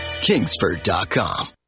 kingsford.com